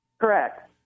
Correct